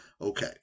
Okay